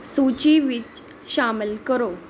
ਸੂਚੀ ਵਿੱਚ ਸ਼ਾਮਲ ਕਰੋ